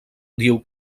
diu